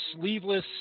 sleeveless